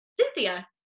cynthia